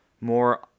more